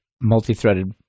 multi-threaded